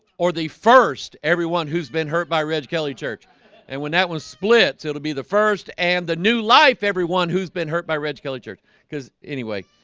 or the first everyone who's been hurt by reg kelly church and when that one splits it'll be the first and the new life everyone who's been hurt by reg kelly church because anyway